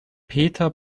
peter